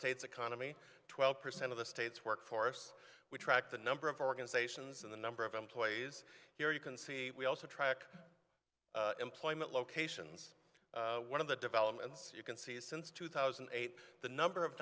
state's economy twelve percent of the state's workforce we track the number of organizations and the number of employees here you can see we also track employment locations one of the developments you can see is since two thousand and eight the number of